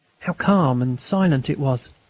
how calm and silent it was!